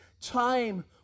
Time